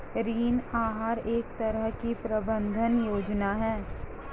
ऋण आहार एक तरह की प्रबन्धन योजना है